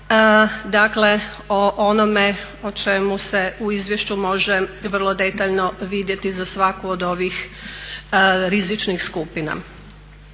dakle o onome o čemu se u izvješću može vrlo detaljno vidjeti za svaku od ovih rizičnih skupina.